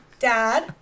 Dad